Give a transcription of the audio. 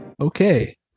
Okay